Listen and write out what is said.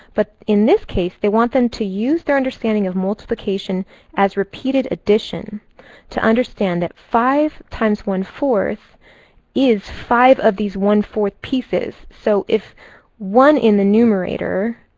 but in this case they want them to use their understanding of multiplication as repeated addition to understand that five times one fourth is five of these one fourth pieces. so if one in the numerator,